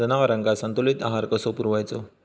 जनावरांका संतुलित आहार कसो पुरवायचो?